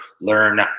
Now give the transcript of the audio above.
learn